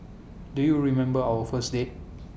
do you remember our first date